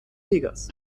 vegas